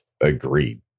agreed